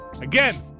Again